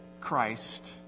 Christ